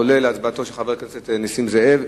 כולל הצבעתו של חבר הכנסת נסים זאב,